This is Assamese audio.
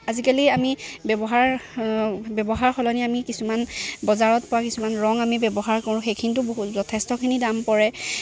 আজিকালি আমি ব্যৱহাৰ ব্যৱহাৰৰ সলনি আমি কিছুমান বজাৰত পোৱা কিছুমান ৰং আমি ব্যৱহাৰ কৰোঁ সেইখিনিতো বহুত যথেষ্টখিনি দাম পৰে